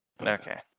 Okay